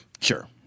Sure